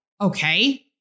okay